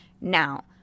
now